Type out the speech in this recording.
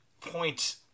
point